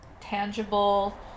tangible